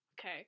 Okay